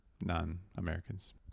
non-americans